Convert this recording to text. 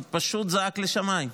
הוא פשוט זעק לשמים.